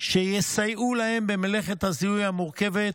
שיסייעו להם במלאכת הזיהוי המורכבת,